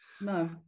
No